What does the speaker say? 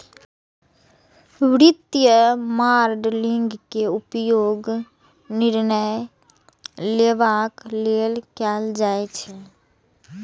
वित्तीय मॉडलिंग के उपयोग निर्णय लेबाक लेल कैल जाइ छै